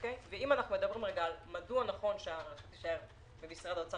ואם אנחנו מדברים על מדוע נכון שבמשרד האוצר